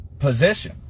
position